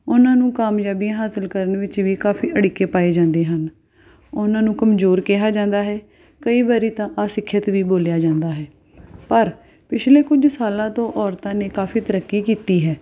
ਉਹਨਾਂ ਨੂੰ ਕਾਮਯਾਬੀ ਹਾਸਲ ਕਰਨ ਵਿੱਚ ਵੀ ਕਾਫੀ ਅੜਿੱਕੇ ਪਾਏ ਜਾਂਦੇ ਹਨ ਉਹਨਾਂ ਨੂੰ ਕਮਜ਼ੋਰ ਕਿਹਾ ਜਾਂਦਾ ਹੈ ਕਈ ਵਾਰੀ ਤਾਂ ਅਸਿੱਖਿਅਤ ਵੀ ਬੋਲਿਆ ਜਾਂਦਾ ਹੈ ਪਰ ਪਿਛਲੇ ਕੁਝ ਸਾਲਾਂ ਤੋਂ ਔਰਤਾਂ ਨੇ ਕਾਫੀ ਤਰੱਕੀ ਕੀਤੀ ਹੈ